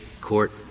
Court